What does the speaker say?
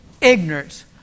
ignorance